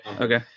Okay